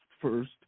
first